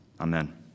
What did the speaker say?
Amen